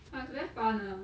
I was very fun ah